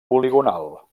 poligonal